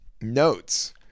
notes